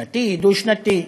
שנתי, דו-שנתי?